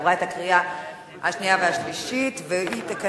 עברה את הקריאה השנייה והשלישית והחוק